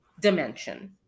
dimension